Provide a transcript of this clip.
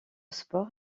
sports